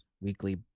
weekly